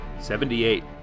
Seventy-eight